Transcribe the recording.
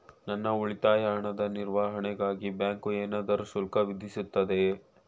ನನ್ನ ಉಳಿತಾಯ ಹಣದ ನಿರ್ವಹಣೆಗಾಗಿ ಬ್ಯಾಂಕು ಏನಾದರೂ ಶುಲ್ಕ ವಿಧಿಸುತ್ತದೆಯೇ?